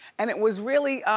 and it was really